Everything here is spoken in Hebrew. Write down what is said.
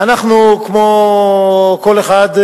אנחנו, כמו כל אחד,